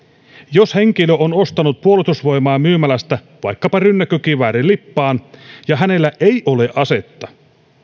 jos henkilö on ostanut puolustusvoimain myymälästä vaikkapa rynnäkkökiväärin lippaan ja hänellä ei ole asetta